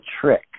trick